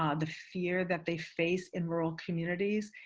um the fear that they face in rural communities,